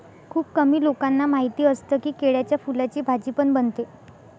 खुप कमी लोकांना माहिती असतं की, केळ्याच्या फुलाची भाजी पण बनते